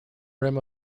rim